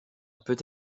peut